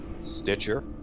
Stitcher